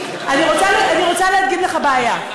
אני רוצה להדגים לך בעיה.